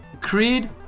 Creed